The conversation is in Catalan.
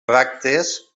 bràctees